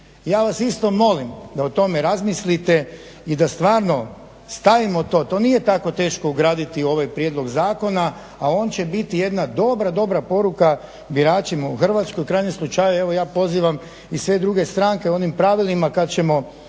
Ja vas isto molim da o tome razmislite i da stvarno stavimo to, to nije tako teško ugraditi u ovaj prijedlog zakona, a on će biti jedna dobra, dobra poruka biračima u Hrvatskoj, u krajnjem slučaju evo ja pozivam i sve druge stranke u onim pravilima kad ćemo